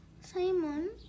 Simon